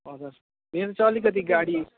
हजुर मेरो चाहिँ अलिकति गाडी